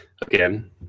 again